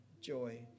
joy